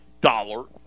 dollar